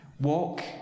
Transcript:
walk